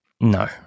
No